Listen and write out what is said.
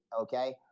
Okay